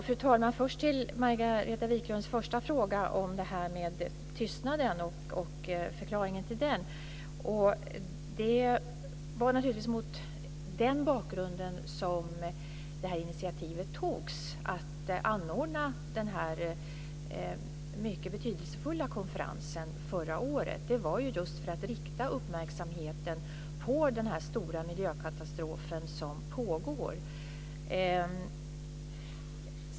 Fru talman! Först vill jag gå till Margareta Viklunds första fråga om tystnaden och förklaringen till den. Det var naturligtvis mot den bakgrunden som initiativet till att anordna denna mycket betydelsefulla konferens togs förra året. Det var just för att rikta uppmärksamheten på den stora miljökatastrof som pågår.